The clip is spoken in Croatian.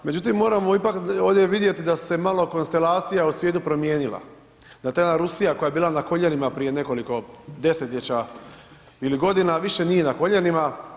Međutim, moramo ipak ovdje vidjeti da se malo konstelacija o slijedu promijenila, da ta jedna Rusija koja je bila na koljenima prije nekoliko desetljeća ili godina, više nije na koljenima.